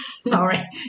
Sorry